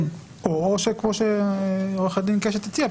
או כמו שעורכת הדין קשת הציעה,